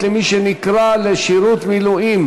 הכרה בפגיעה מתוך מניע גזעני בעבודה כתאונת עבודה)